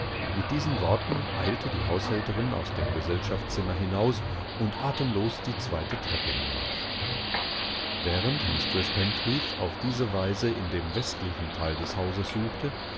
mit diesen worten eilte die haushälterin aus dem gesellschaftszimmer hinaus und atemlosdiezweitetreppehinauf während mistreß pentreath auf diese weise in dem westlichen teil des hauses suchte